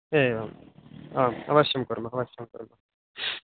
एवम् आम् अवश्यं कुर्मः अवश्यं कुर्मः